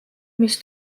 mis